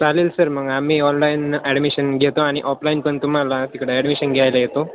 चालेल सर मग आम्ही ऑनलाईन ॲडमिशन घेतो आणि ऑफलाईन पण तुम्हाला तिकडे ॲडमिशन घ्यायला येतो